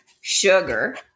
sugar